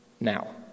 Now